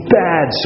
bad